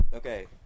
Okay